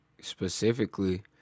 specifically